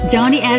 Johnny